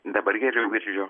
dabar geriau girdžiu